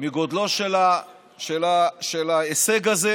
מגודלו של ההישג הזה